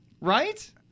Right